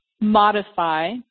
modify